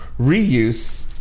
reuse